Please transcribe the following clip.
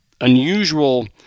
unusual